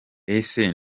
ese